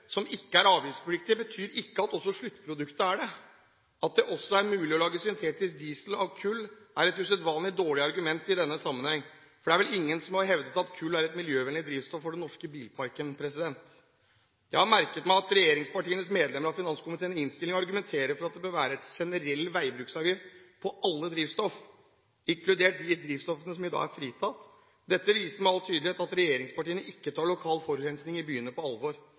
som ikke er avgiftspliktige, betyr derfor ikke at også sluttproduktet er det.» At det også er mulig å lage syntetisk diesel av kull, er i denne sammenheng et usedvanlig dårlig argument. Det er vel ingen som har hevdet at kull er et miljøvennlig drivstoff for den norske bilparken. Jeg har merket meg at regjeringspartienes medlemmer av finanskomiteen i innstillingen argumenterer for at det bør være en generell veibruksavgift på alle drivstoff, inkludert de drivstoffene som i dag er fritatt. Dette viser med all tydelighet at regjeringspartiene ikke tar lokal forurensning i byene på alvor,